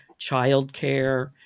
childcare